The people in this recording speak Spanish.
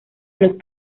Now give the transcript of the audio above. los